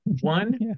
One